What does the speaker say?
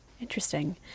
interesting